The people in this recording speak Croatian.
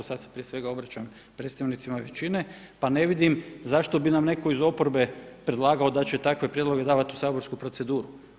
Sada se prije svega obraćam predstavnicima većine, pa ne vidim zašto bi nam netko iz oporbe predlagao da će takve prijedloge davati u saborsku proceduru.